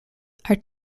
are